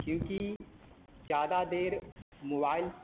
क्योंकि ज़्यादा देर मोबाइल